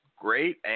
great